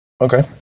okay